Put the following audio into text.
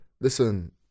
listen